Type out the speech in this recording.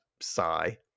sigh